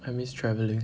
I miss travelling